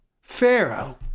Pharaoh